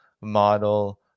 model